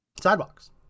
sidewalks